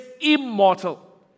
immortal